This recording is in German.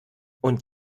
und